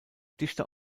dichter